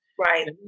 Right